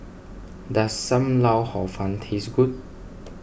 does Sam Lau Hor Fun taste good